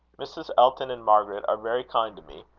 mrs. elton and margaret are very kind to me.